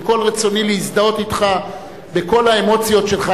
עם כל רצוני להזדהות אתך בכל האמוציות שלך,